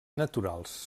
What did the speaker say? naturals